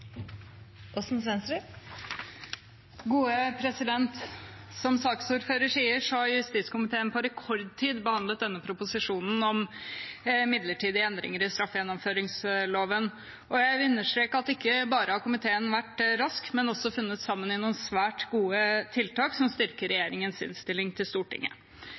Som saksordføreren sier, har justiskomiteen på rekordtid behandlet denne proposisjonen om midlertidige endringer i straffegjennomføringsloven. Jeg vil understreke at ikke bare har komiteen vært rask, de har også funnet sammen i noen svært gode tiltak som styrker regjeringens proposisjon til Stortinget.